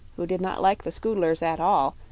who did not like the scoodlers at all,